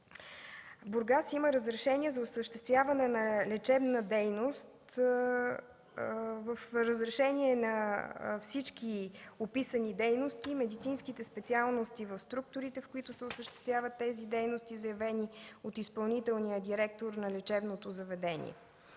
Бургас има разрешение за осъществяване на лечебна дейност на всички описани дейности, медицинските специалности в структурите, в които се осъществяват тези дейност, заявени от изпълнителния директор на лечебното заведение.